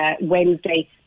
Wednesday